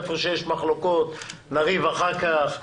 איפה שיש מחלוקות, נריב אחר כך.